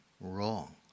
wrong